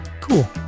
Cool